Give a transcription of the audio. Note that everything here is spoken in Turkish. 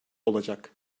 olacak